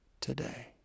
today